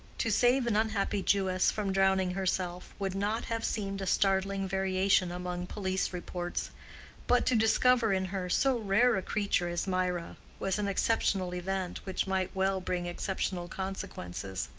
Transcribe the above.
to save an unhappy jewess from drowning herself, would not have seemed a startling variation among police reports but to discover in her so rare a creature as mirah, was an exceptional event which might well bring exceptional consequences.